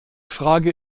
frage